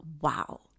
wow